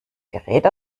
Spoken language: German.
gerät